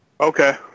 Okay